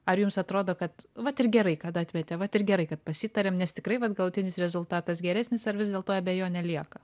ar jums atrodo kad vat ir gerai kad atmetė vat ir gerai kad pasitarėm nes tikrai vat galutinis rezultatas geresnis ar vis dėlto abejonė lieka